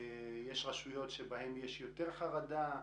יש רשויות שבהן יש יותר חרדה,